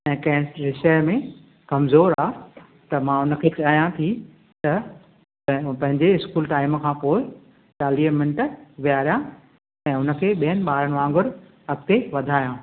ऐं कैंस विषय में कमज़ोर आहे त मां हुनखे चाहियां थी त उहो पंहिंजे स्कूल टाइम खां पोइ चालीह मिंट विहारियां ऐं उनखे ॿियनि ॿारनि वाङुरु अॻिते वधायां